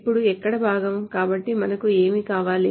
ఇప్పుడు ఎక్కడ భాగం కాబట్టి మనకు ఏమి కావాలి